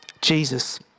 Jesus